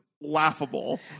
laughable